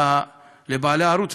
לבעלי הערוץ,